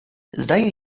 zdaje